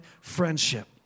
friendship